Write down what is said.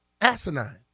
asinine